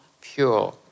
pure